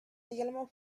également